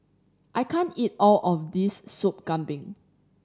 I can't eat all of this Sop Kambing